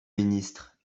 ministre